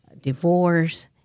divorce